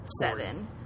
seven